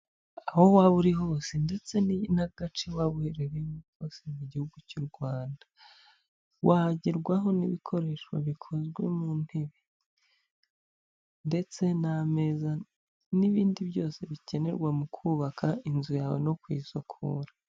Aho waba uri hose ndetse n'agace waba uherereyemo kose mu gihugu cy'u Rwanda, wagerwaho n'ibikoresho bikozwe mu ntebe ndetse n'ameza n'ibindi byose bikenerwa mu kubaka inzu yawe no kuyisukura.